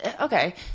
Okay